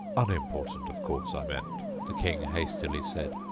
unimportant, of course, i meant the king hastily said,